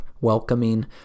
welcoming